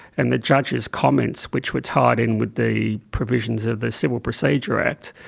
and the judge's comments which were tied in with the provisions of the civil procedure act,